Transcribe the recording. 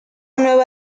nueva